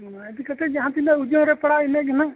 ᱚᱱᱟ ᱤᱫᱤ ᱠᱟᱛᱮᱫ ᱡᱟᱦᱟᱸ ᱛᱤᱱᱟᱹᱜ ᱳᱡᱚᱱ ᱨᱮ ᱯᱟᱲᱟᱜᱼᱟ ᱤᱱᱟᱹ ᱜᱮ ᱦᱟᱸᱜ